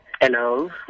Hello